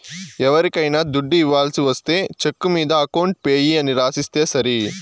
ఎవరికైనా దుడ్డు ఇవ్వాల్సి ఒస్తే చెక్కు మీద అకౌంట్ పేయీ అని రాసిస్తే సరి